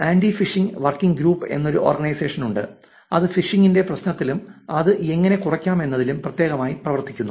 anti phishing working group എന്നൊരു organisation ഉണ്ട് അത് ഫിഷിംഗിന്റെ പ്രശ്നത്തിലും അത് എങ്ങനെ കുറയ്ക്കാം എന്നതിലും പ്രത്യേകമായി പ്രവർത്തിക്കുന്നു